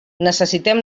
necessitem